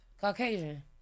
caucasian